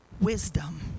Wisdom